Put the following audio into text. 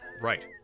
Right